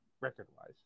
record-wise